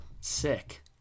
Sick